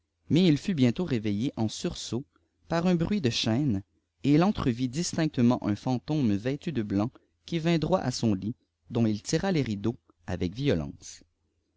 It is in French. mais il fut bientôt réveillé en sursaut par un bruit de chaînes et il entrevit distinctement un fantôme vêtu de blanc qui vint droit à son lit dont il tira les rideaux avec violence